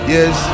Yes